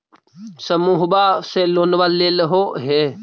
समुहवा से लोनवा लेलहो हे?